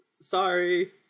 Sorry